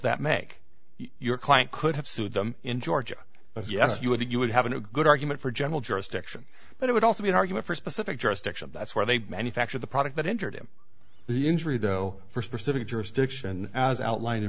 that make your client could have sued them in georgia but yes you would you would have a good argument for general jurisdiction but it would also be an argument for a specific jurisdiction that's where they manufacture the product that injured him the injury though for specific jurisdiction as outlin